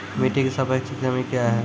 मिटी की सापेक्षिक नमी कया हैं?